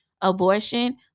abortion